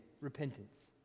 repentance